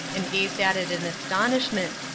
and gazed at it in astonishment,